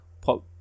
pop